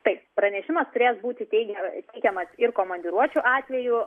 taip pranešimas turės būti teigiamai teikiamas ir komandiruosiu atveju